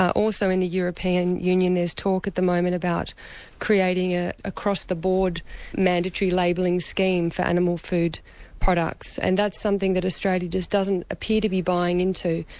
also in the european union, there's talk at the moment about creating an ah across-the-board mandatory labelling scheme for animal food products. and that's something that australia just doesn't appear to be buying in to.